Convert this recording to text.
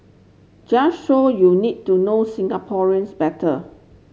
just show you need to know Singaporeans better